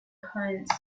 coins